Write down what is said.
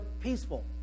peaceful